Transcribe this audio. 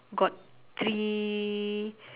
got three